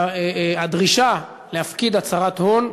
הדרישה להפקיד הצהרת הון,